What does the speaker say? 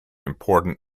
important